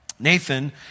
Nathan